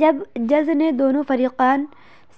جب جج نے دونوں فریقین